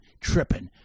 tripping